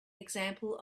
example